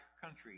country